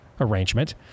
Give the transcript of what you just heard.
arrangement